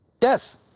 Yes